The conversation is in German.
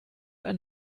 ein